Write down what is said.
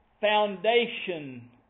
foundation